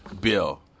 bill